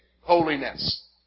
holiness